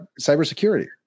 cybersecurity